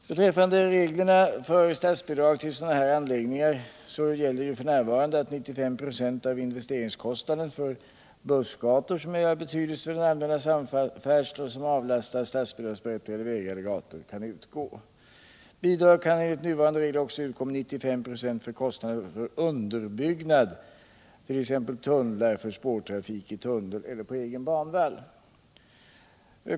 Beträffande reglerna för statsbidrag till sådana här anläggningar gäller f. n. att 95 fä av investeringskostnaden kan utgå för bussgator som är av betydelse för den allmänna samfärdseln och som avlastar statsbidragsberättigade vägar eller gator. Bidrag kan enligt nuvarande regler också utgå med 95 ?; för kostnader för underbyggnad, t.ex. tunnlar, för spårtrafik i tunnel eller på egen banvall.